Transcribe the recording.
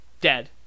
dead